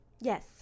Yes